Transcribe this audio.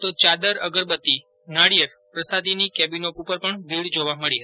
તો યાદર અગરબત્તી નાળિયેર પ્રસાદીની કેબિનો પર ભીડ જોવા મળી હતી